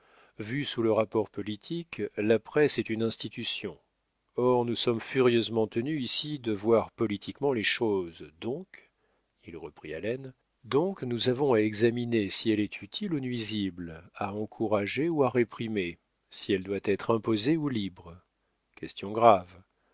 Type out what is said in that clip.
vue sous le rapport politique la presse est une institution or nous sommes furieusement tenus ici de voir politiquement les choses donc il reprit haleine donc nous avons à examiner si elle est utile ou nuisible à encourager ou à réprimer si elle doit être imposée ou libre questions graves